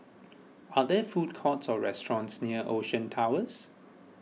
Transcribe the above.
are there food courts or restaurants near Ocean Towers